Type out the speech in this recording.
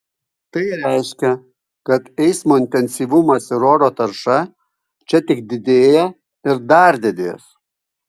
tai reiškia kad eismo intensyvumas ir oro tarša čia tik didėja ir dar didės